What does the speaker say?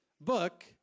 book